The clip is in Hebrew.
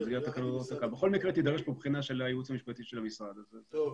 הדיון מתקיים לבקשת חברת הכנסת טלי פלוסקוב, חברת